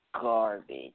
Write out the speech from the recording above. garbage